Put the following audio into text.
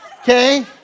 Okay